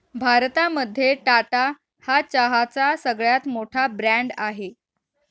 भारतामध्ये टाटा हा चहाचा सगळ्यात मोठा ब्रँड आहे